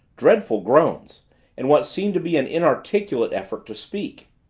dreadful groans and what seemed to be an inarticulate effort to speak!